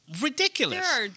Ridiculous